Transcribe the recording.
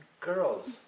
Girls